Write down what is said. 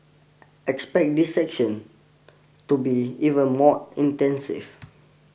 expect these session to be even more extensive